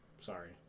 Sorry